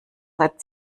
seit